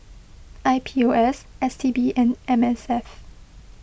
I P O S S T B and M S F